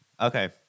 Okay